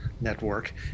network